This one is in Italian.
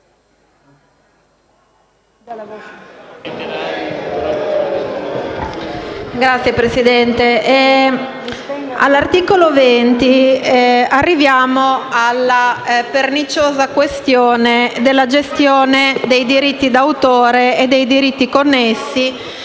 Signora Presidente, con l'articolo 20 arriviamo alla perniciosa questione della gestione dei diritti d'autore e dei diritti connessi